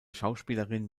schauspielerin